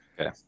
Okay